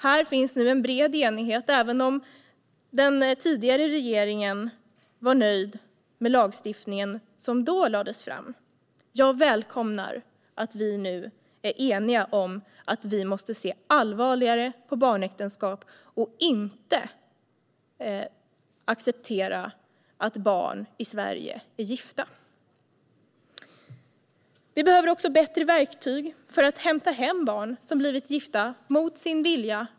Här finns nu en bred enighet, även om den tidigare regeringen var nöjd med den lagstiftning som då lades fram. Jag välkomnar att vi nu är eniga om att vi måste se allvarligare på barnäktenskap och inte acceptera att barn i Sverige är gifta. Vi behöver också bättre verktyg för att hämta hem barn som blivit gifta utomlands mot sin vilja.